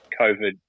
COVID